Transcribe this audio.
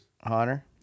Hunter